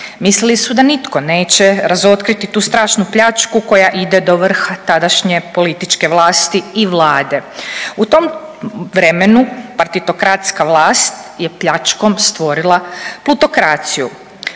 Mislili su da nitko neće razotkriti tu strašnu pljačku koja ide do vrha tadašnje političke vlasti i Vlade. U tom vremenu partitokratska vlast je pljačkom stvorila plutokraciju.